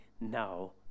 now